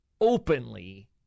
openly